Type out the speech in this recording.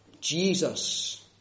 Jesus